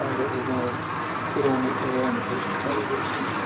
that we're going to put on the air in the case of television,